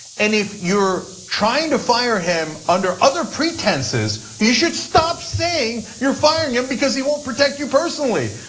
and if you are trying to fire him under other pretenses, you should stop saying you are firing him because he will not protect you personally.